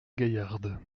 gaillarde